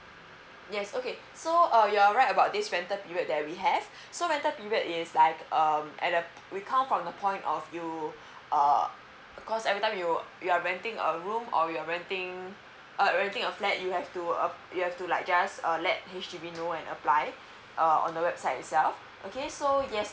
yes okay so uh you're right about this rental period that we have so rental period is like um at uh we come from the point of you uh of course every time you you are renting a room or you're renting uh renting a flat you have to app~ you have to like just let H_D_B know and applied uh on the website itself okay so yes